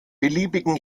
beliebigen